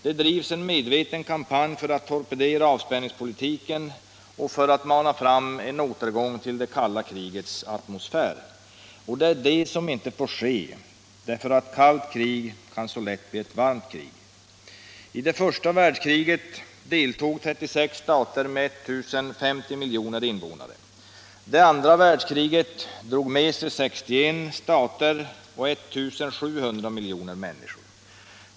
Det drivs en medveten kampanj för att torpedera avspänningspolitiken och för att mana fram en återgång till det kalla krigets atmosfär, och det är detta som inte får ske, därför att ett kallt krig så lätt kan bli ett varmt krig. I det första världskriget deltog 36 stater med 1 050 miljoner invånare. Det andra världskriget drog med sig 61 stater och 1 700 miljoner människor.